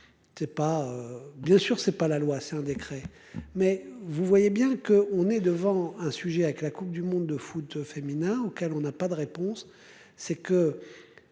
bien sûr c'est pas la loi c'est un décret mais vous voyez bien que on est devant un sujet avec la Coupe du monde de foot féminin auquel on n'a pas de réponse